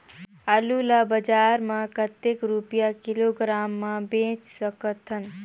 आलू ला बजार मां कतेक रुपिया किलोग्राम म बेच सकथन?